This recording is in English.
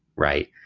right?